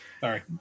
Sorry